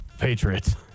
Patriots